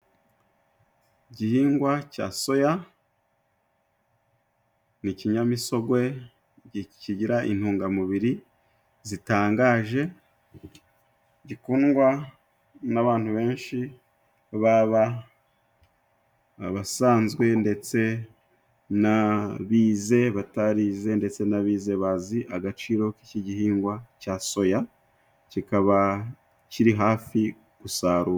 Igihingwa cya soya ni ikinyamisogwe kigira intungamubiri zitangaje, gikundwa n'abantu benshi baba abasanzwe ndetse n'abize, abatarize ndetse n'abize bazi agaciro k'iki gihingwa cya soya, kikaba kiri hafi gusarurwa.